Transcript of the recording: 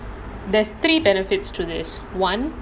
there's three benefits to this [one]